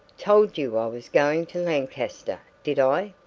told you i was going to lancaster, did i?